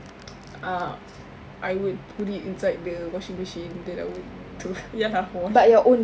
uh I would put it inside the washing machine then I would tu ya wash